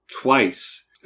twice